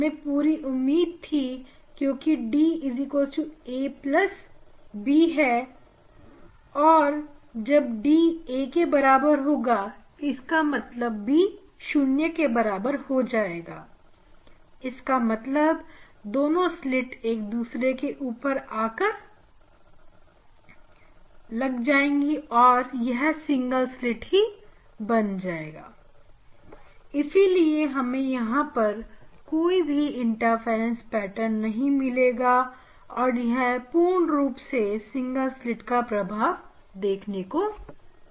हमें पूरी उम्मीद थी क्योंकि d ab और जब da होगा तो b0 हो जाएगा इसका मतलब दोनों स्लिट के बीच में कोई दूरी नहीं है और वह असल में एक ही सिंगल स्लिट है इसीलिए हमें पूर्ण रूप से यहां पर सिंगल स्लिट का प्रभाव देखने को मिल रहा है